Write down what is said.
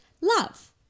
love